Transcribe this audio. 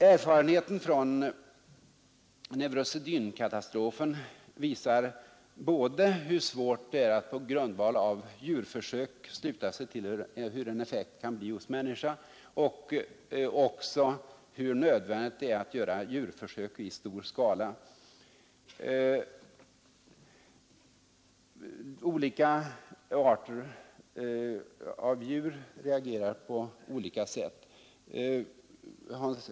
Erfarenheten från neurosedynkatastrofen visar både hur svårt det är att på basis av djurförsök sluta sig till hur en effekt kan bli hos människa och hur nödvändigt det är att göra djurförsök i stor skala. Olika arter av djur reagerar på olika sätt t.ex. när det gäller skador på foster.